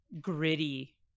gritty